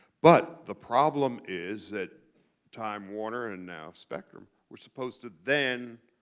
but the problem is that time warner and now, spectrum, were supposed to then